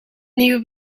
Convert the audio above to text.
nieuwe